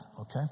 okay